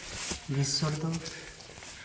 ᱜᱤᱥᱥᱚ ᱨᱮᱫᱚ